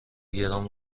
گران